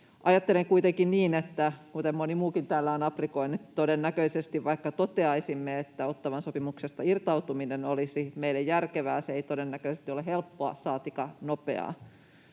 Ajattelen kuitenkin niin, kuten moni muukin täällä on aprikoinut, että todennäköisesti, vaikka toteaisimme, että Ottawan sopimuksesta irtautuminen olisi meille järkevää, se ei todennäköisesti ole helppoa saatikka nopeaa.